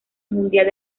mundial